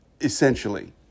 essentially